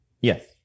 Yes